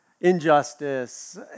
injustice